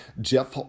Jeff